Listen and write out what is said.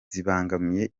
zibangamiye